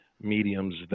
mediums